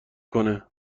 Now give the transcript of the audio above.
کنه